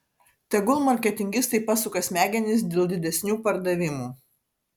tegul marketingistai pasuka smegenis dėl didesnių pardavimų